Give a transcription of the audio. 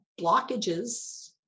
blockages